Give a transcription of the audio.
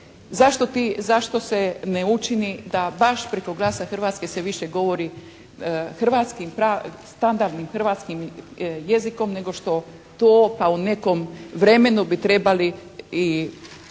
zašto se ne učini da baš preko Glasa Hrvatske se više govori hrvatskim, standardnim hrvatskim jezikom nego što to pa u nekom vremenu bi trebali i